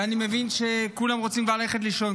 ואני מבין שכולם רוצים כבר ללכת לישון,